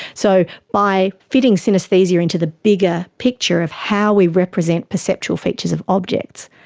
so by fitting synaesthesia into the bigger picture of how we represent perceptual features of objects,